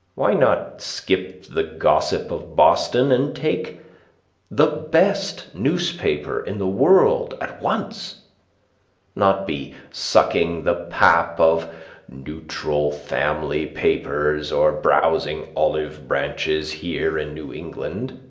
why not skip the gossip of boston and take the best newspaper in the world at once not be sucking the pap of neutral family papers, or browsing olive branches here in new england.